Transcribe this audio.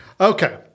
Okay